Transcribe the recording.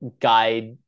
guide